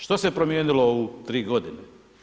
Što se promijenilo u tri godine?